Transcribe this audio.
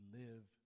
live